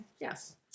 Yes